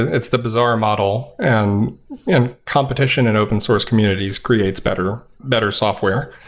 it's the bazaar model, and competition and open source communities creates better better software.